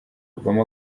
obama